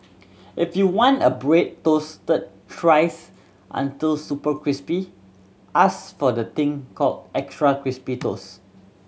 if you want a bread toasted thrice until super crispy ask for the thing called extra crispy toast